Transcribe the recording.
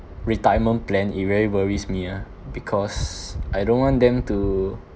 retirement plan it really worries me ah because I don't want them to